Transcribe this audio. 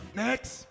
next